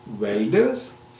Welders